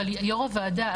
יו"ר הוועדה,